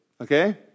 okay